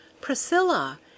Priscilla